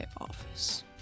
office